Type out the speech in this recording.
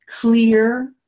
clear